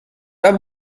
pas